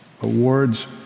awards